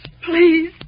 please